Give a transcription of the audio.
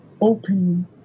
open